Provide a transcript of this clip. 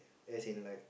as in like